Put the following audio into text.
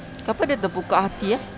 kenapa dia terbuka hati eh